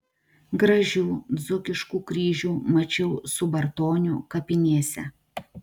gražių dzūkiškų kryžių mačiau subartonių kapinėse